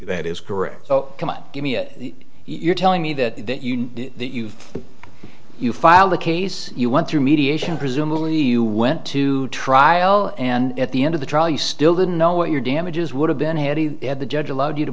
that is correct so come on give me a you're telling me that you know that you've you filed a case you went through mediation presumably you went to trial and at the end of the trial you still didn't know what your damages would have been had he had the judge allowed you to